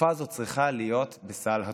התרופה הזאת צריכה להיות בסל התרופות.